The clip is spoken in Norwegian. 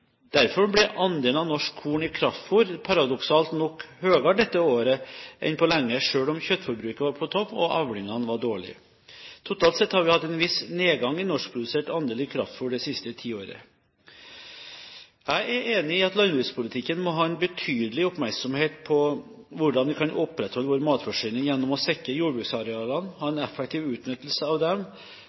Derfor ble andelen av norsk korn i kraftfôr paradoksalt nok høyere dette året enn på lenge, selv om kjøttforbruket var på topp og avlingene var dårlige. Totalt sett har vi hatt en viss nedgang i norskprodusert andel i kraftfôr det siste tiåret. Jeg er enig i at landbrukspolitikken må ha en betydelig oppmerksomhet på hvordan vi kan opprettholde vår matforsyning gjennom å sikre jordbruksarealene, ha en effektiv utnyttelse av dem